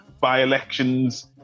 by-elections